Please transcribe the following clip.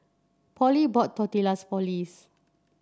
Pollie bought Tortillas for Liz